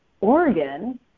Oregon